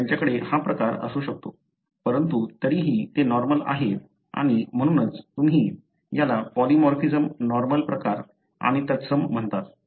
त्यांच्याकडे हा प्रकार असू शकतो परंतु तरीही ते नॉर्मल आहेत आणि म्हणूनच तुम्ही याला पॉलिमॉर्फिझम नॉर्मल प्रकार आणि तत्सम म्हणतात